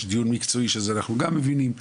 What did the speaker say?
יש דיון מקצועי שזה אנחנו גם מבינים,